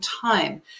time